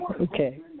okay